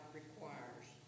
requires